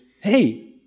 Hey